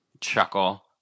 chuckle